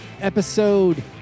episode